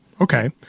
okay